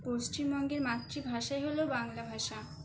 পশ্চিমবঙ্গের মাতৃভাষাই হলো বাংলা ভাষা